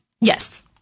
yes